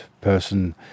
person